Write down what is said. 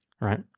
right